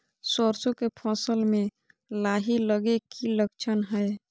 सरसों के फसल में लाही लगे कि लक्षण हय?